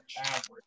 Average